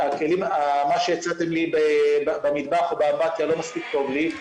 מה שהצעתם במטבח או באמבטיה לא מספיק טוב לי,